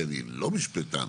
כי אני לא משפטן.